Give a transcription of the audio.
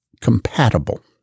compatible